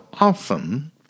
often